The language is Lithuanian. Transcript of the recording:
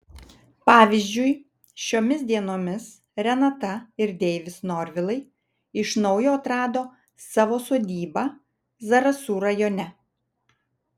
pavyzdžiui šiomis dienomis renata ir deivis norvilai iš naujo atrado savo sodybą zarasų rajone